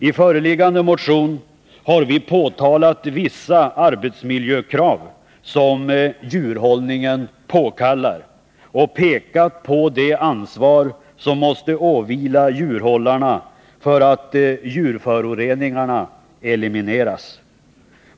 I föreliggande motion har vi påtalat vissa arbetsmiljökrav som djurhållningen påkallar och pekat på det ansvar som måste åvila djurhållaren för att djurföroreningarna elimineras.